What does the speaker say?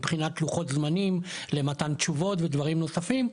מבחינת לוחות זמנים למתן תשובות ודברים נוספים,